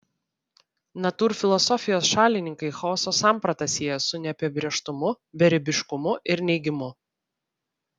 natūrfilosofijos šalininkai chaoso sampratą siejo su neapibrėžtumu beribiškumu ir neigimu